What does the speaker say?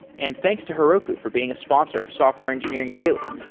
and thanks to heroku for being a sponsor of software engineering daily